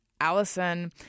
allison